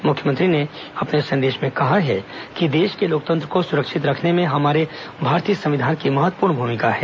मुख्यमंत्री ने अपने संदेश में कहा है कि देश के लोकतंत्र को सुरक्षित रखने में हमारे भारतीय संविधान की महत्वपूर्ण भूमिका है